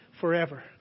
forever